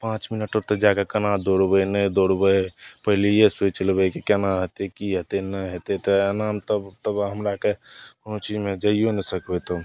पाँच मिनट ओतऽ जाके कोना दौड़बै नहि दौड़बै पहिलैए सोचि लेबै कि कोना हेतै कि हेतै नहि हेतै तऽ एनामे तऽ तब हमरा आओरके कोनो चीजमे जाइओ नहि सकबै तब